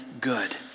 good